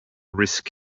risk